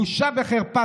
בושה וחרפה.